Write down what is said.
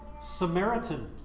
Samaritan